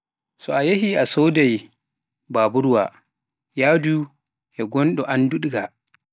So a yaahi sooduuki baburwa, yahdu e anduɗo nga.